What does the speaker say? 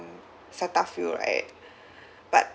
Cetaphil right but